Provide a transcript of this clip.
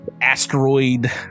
asteroid